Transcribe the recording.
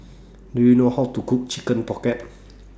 Do YOU know How to Cook Chicken Pocket